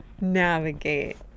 navigate